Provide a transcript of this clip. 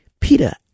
Peter